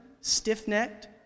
stiff-necked